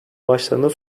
başlarında